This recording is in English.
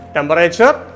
Temperature